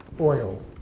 oil